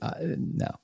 No